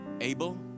Abel